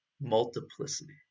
multiplicity